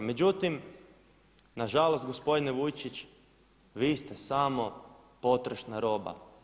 Međutim, nažalost gospodine Vujčić vi ste samo potrošna roba.